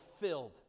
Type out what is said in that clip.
filled